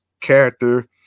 character